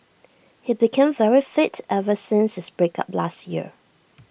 he became very fit ever since his break up last year